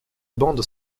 bande